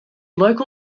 local